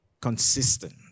consistent